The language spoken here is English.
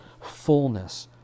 fullness